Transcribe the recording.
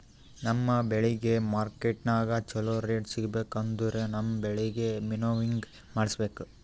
ನಮ್ ಬೆಳಿಗ್ ಮಾರ್ಕೆಟನಾಗ್ ಚೋಲೊ ರೇಟ್ ಸಿಗ್ಬೇಕು ಅಂದುರ್ ನಮ್ ಬೆಳಿಗ್ ವಿಂನೋವಿಂಗ್ ಮಾಡಿಸ್ಬೇಕ್